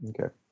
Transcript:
Okay